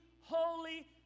holy